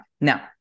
Now